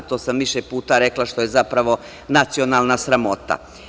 To sam više puta rekla, što je, zapravo, nacionalna sramota.